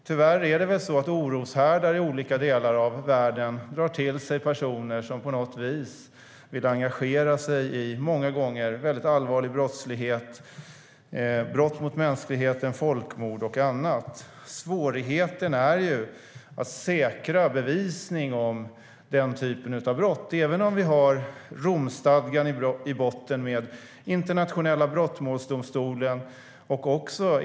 Tyvärr är det väl så att oroshärdar i olika delar av världen drar till sig personer som på något vis vill engagera sig i många gånger väldigt allvarlig brottslighet: brott mot mänskligheten, folkmord och annat. Svårigheten är att säkra bevisning för den typen av brott, även om vi har Romstadgan för Internationella brottmålsdomstolen i botten.